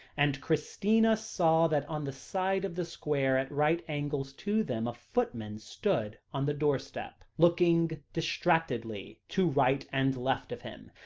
and christina saw that on the side of the square at right angles to them, a footman stood on the doorstep, looking distractedly to right and left of him.